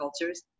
cultures